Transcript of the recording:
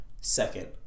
second